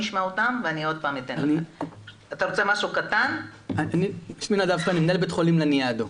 אני מנהל בית חולים לניאדו.